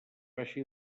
baixa